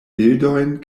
bildojn